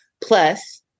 plus